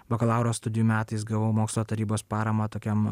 bakalauro studijų metais gavau mokslo tarybos paramą tokiam